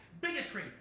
bigotry